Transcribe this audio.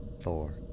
four